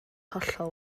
hollol